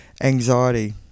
Anxiety